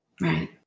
Right